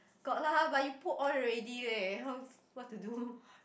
got lah but you put on already leh how what to do